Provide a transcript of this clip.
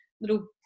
little